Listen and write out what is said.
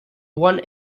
one